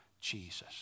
Jesus